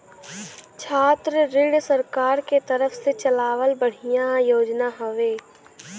छात्र ऋण सरकार के तरफ से चलावल बढ़िया योजना हौवे